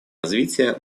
развития